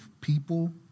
people